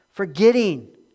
Forgetting